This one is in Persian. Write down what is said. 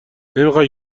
نمیخای